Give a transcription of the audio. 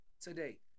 today